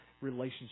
relationship